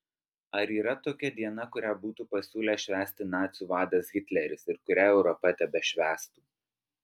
ar yra tokia diena kurią būtų pasiūlęs švęsti nacių vadas hitleris ir kurią europa tebešvęstų